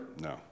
No